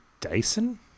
Dyson